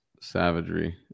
Savagery